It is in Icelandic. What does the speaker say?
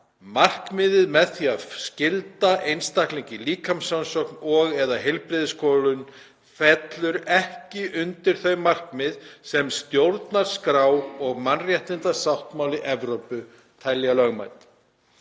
„markmiðið með því að skylda einstaklinga í líkamsrannsókn og/eða heilbrigðisskoðun fellur ekki undir þau markmið sem stjórnarskrá og mannréttindasáttmáli Evrópu telja lögmæt,